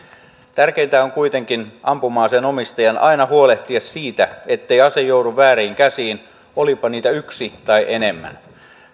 tärkeintä ampuma aseen omistajan on kuitenkin aina huolehtia siitä ettei ase joudu vääriin käsiin olipa niitä yksi tai enemmän